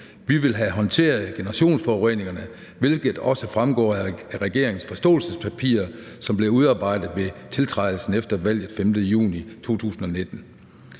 Vi vil have håndteret generationsforureningerne, hvilket også fremgår af regeringens forståelsespapir, som blev udarbejdet ved tiltrædelsen efter valget den 5. juni 2019.